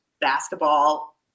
basketball